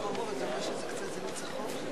חברת הכנסת פניה קירשנבאום,